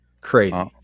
Crazy